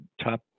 Top